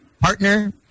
partner